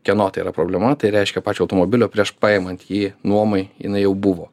kieno tai yra problema tai reiškia pačio automobilio prieš paimant jį nuomai jinai jau buvo